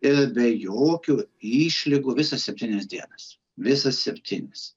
ir be jokių išlygų visas septynias dienas visas septynias